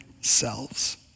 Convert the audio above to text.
selves